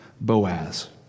Boaz